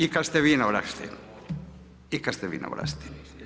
I kada ste vi na vlasti i kada ste vi na vlasti.